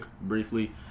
briefly